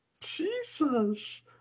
Jesus